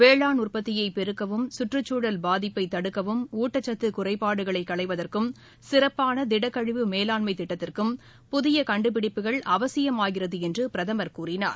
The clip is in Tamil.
வேளாண் உற்பத்தியை பெருக்கவும் கற்றுச்சூழல் பாதிப்பை தடுக்கவும் ஊட்டச்சத்து குறைபாடுகளை களைவதற்கும் சிறப்பான திடக்கழிவு மேலாண்மை திட்டத்திற்கும் புதிய கண்டுபிடிப்புகள் அவசியமாகிறது என்று பிரதமர் கூறினார்